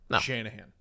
Shanahan